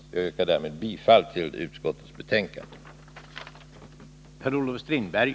Jag yrkar därmed bifall till utskottets hemställan.